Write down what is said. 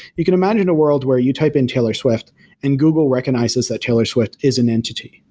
you can imagine a world where you type in taylor swift and google recognizes that taylor swift is an entity.